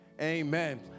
amen